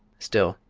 still,